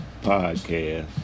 podcast